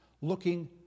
looking